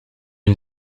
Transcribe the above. une